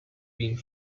being